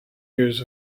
years